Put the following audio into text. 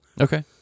Okay